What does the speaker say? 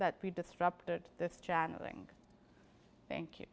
that we disrupted this channeling thank you